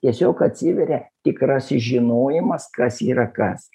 tiesiog atsiveria tikrasis žinojimas kas yra kas